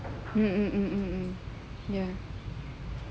mm mm mm mmhmm ya